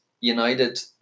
United